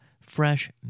fresh